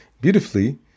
Beautifully